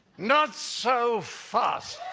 not so fast,